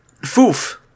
Foof